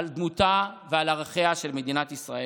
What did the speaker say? הוא על דמותה ועל ערכיה של מדינת ישראל.